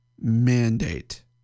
mandate